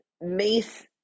Mace